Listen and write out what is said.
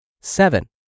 Seven